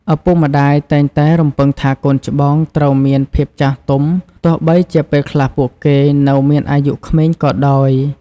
ឪពុកម្ដាយតែងតែរំពឹងថា កូនច្បងត្រូវមានភាពចាស់ទុំ ទោះបីជាពេលខ្លះពួកគេនៅមានអាយុក្មេងក៏ដោយ។